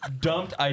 dumped